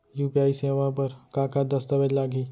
UPI सेवा बर का का दस्तावेज लागही?